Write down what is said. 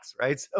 right